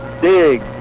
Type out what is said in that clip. dig